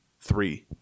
three